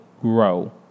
grow